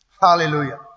Hallelujah